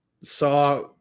saw